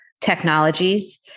technologies